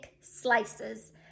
slices